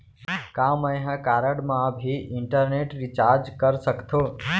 का मैं ह कारड मा भी इंटरनेट रिचार्ज कर सकथो